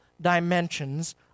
dimensions